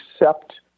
accept –